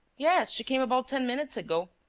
yes, she came about ten minutes ago.